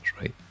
right